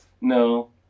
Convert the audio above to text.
No